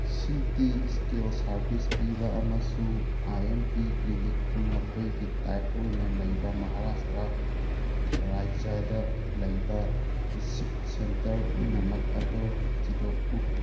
ꯁꯤ T scan service ꯄꯤꯕ ꯑꯃꯁꯨꯡ ꯑꯥꯏ ꯑꯦꯝ ꯄꯤ ꯀ꯭ꯂꯤꯅꯤꯛꯄꯨ ꯃꯈꯣꯏꯒꯤ ꯇꯥꯏꯞ ꯑꯣꯏꯅ ꯂꯩꯕ ꯃꯍꯥꯔꯥꯁꯇ꯭ꯔ ꯔꯥꯖ꯭ꯌꯗ ꯂꯩꯕ ꯏꯁꯤꯛ ꯁꯦꯟꯇꯔ ꯄꯨꯝꯅꯃꯛ ꯑꯗꯨ ꯊꯤꯗꯣꯛꯎ